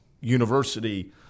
university